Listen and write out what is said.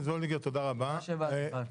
תודה רבה שבאת.